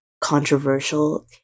controversial